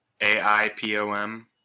A-I-P-O-M